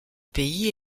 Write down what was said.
pays